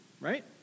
right